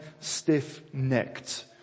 stiff-necked